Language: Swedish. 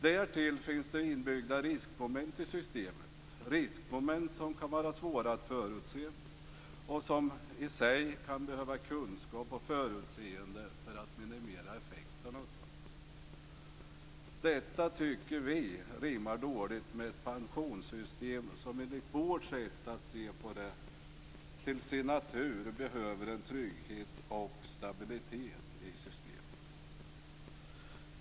Därtill finns det inbyggda riskmoment i systemet, riskmoment som kan vara svåra att förutse och som man kan behöva kunskap och förutseende för att eliminera effekterna av. Detta tycker vi rimmar dåligt med ett pensionssystem som enligt vårt sätt att se behöver trygghet och stabilitet.